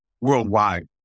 worldwide